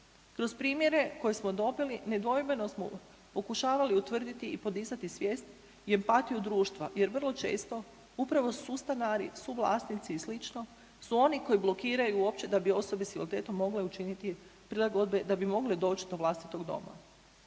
Kroz primjere koje smo dobili nedvojbeno smo pokušavali utvrditi i podizati svijest i empatiju društva jer vrlo često upravo sustanari, suvlasnici i slično su oni koji blokiraju uopće da bi osobe s invaliditetom mogle učiniti prilagodbe da bi mogle doć do vlastitog doma.